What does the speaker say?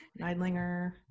Neidlinger